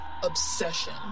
obsession